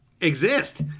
exist